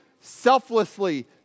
selflessly